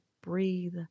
breathe